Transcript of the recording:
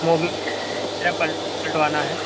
Mobil पल्टवाना है